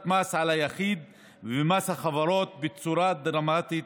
מס על היחיד ומס החברות בצורה דרמטית,